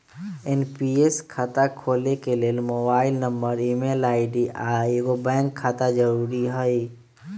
NPS खता खोले के लेल मोबाइल नंबर, ईमेल आई.डी, आऽ एगो बैंक खता जरुरी हइ